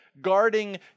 Guarding